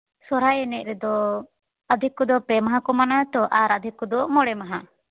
ᱥᱚᱦᱚᱨᱟᱭ ᱮᱱᱮᱡ ᱨᱮᱫᱚ ᱟᱫᱷᱮᱠ ᱠᱚᱫᱚ ᱯᱮ ᱢᱟᱦᱟ ᱠᱚ ᱢᱟᱱᱟᱣᱟᱛᱚ ᱟᱨ ᱟᱫᱷᱮᱠ ᱠᱚᱫᱚ ᱢᱚᱬᱮ ᱢᱟᱦᱟ